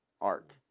arc